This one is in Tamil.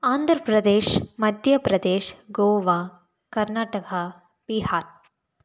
ஆந்தர ப்ரதேஷ் மத்திய ப்ரதேஷ் கோவா கர்நாடகா பீஹார்